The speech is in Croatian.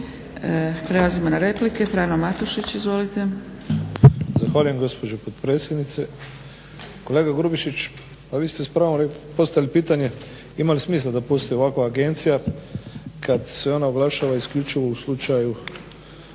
Prelazimo na replike,